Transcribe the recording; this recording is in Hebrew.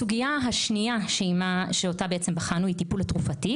הסוגיה השנייה שאותה בחנו היא הטיפול התרופתי.